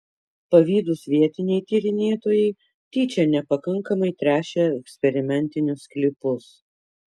pavydūs vietiniai tyrinėtojai tyčia nepakankamai tręšė eksperimentinius sklypus